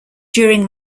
during